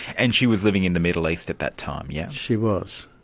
and she was living in the middle east at that time, yes? she was.